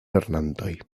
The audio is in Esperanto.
lernantoj